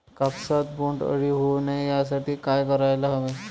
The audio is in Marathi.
कापसात बोंडअळी होऊ नये यासाठी काय करायला हवे?